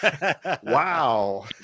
Wow